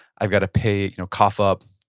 i've got to pay, you know, cough up,